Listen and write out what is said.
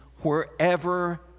wherever